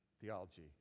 theology